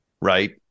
right